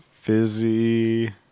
Fizzy